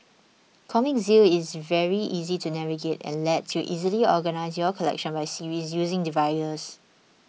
Comic Zeal is very easy to navigate and lets you easily organise your collection by series using dividers